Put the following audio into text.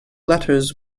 letters